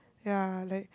ya like